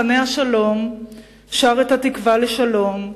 מחנה השלום שר את התקווה לשלום,